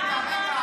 תודה.